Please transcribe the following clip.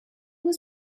was